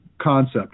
concept